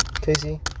Casey